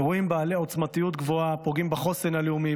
אירועים בעלי עוצמתיות גבוהה פוגעים בחוסן הלאומי,